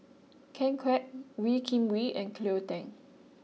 Ken Kwek Wee Kim Wee and Cleo Thang